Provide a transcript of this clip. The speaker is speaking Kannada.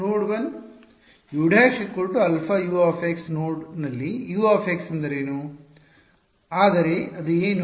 ನೋಡ್ 1 U ′ αU ನೋಡ್ 1 ನಲ್ಲಿ U ಎಂದರೇನು ಆದರೆ ಅದು ಏನು